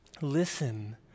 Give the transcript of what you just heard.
listen